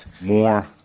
more